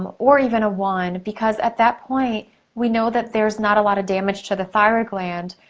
um or even a one. because at that point we know that there's not a lot of damage to the thyroid gland,